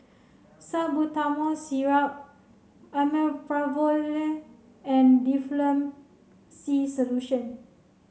Salbutamol Syrup Omeprazole and Difflam C Solution